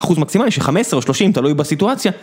אחוז מקסימלי של 15 או 30 תלוי בסיטואציה.